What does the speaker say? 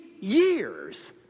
years